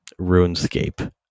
RuneScape